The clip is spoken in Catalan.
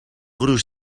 gruix